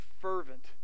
fervent